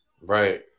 Right